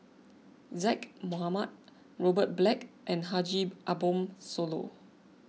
Zaqy Mohamad Robert Black and Haji Ambo Sooloh